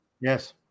Yes